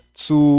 zu